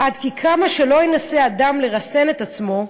עד כי כמה שלא ינסה אדם לרסן את עטו,